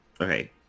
Okay